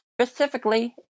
Specifically